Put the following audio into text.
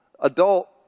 adult